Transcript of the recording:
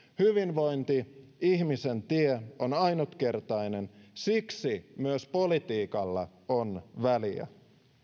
hyvinvointi ihmisen tie on ainutkertainen siksi myös politiikalla on väliä